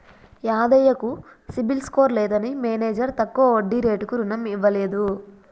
యాదయ్య కు సిబిల్ స్కోర్ లేదని మేనేజర్ తక్కువ వడ్డీ రేటుకు రుణం ఇవ్వలేదు